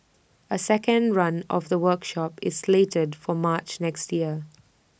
A second run of the workshop is slated for March next year